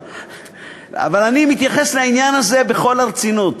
אבל אני מתייחס לעניין הזה בכל הרצינות.